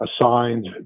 assigned